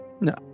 No